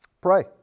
pray